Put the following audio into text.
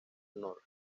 norte